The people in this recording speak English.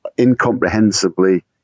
Incomprehensibly